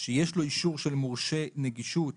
שיש לו אישור של מורשה נגישות